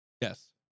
Yes